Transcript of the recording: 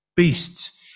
Beasts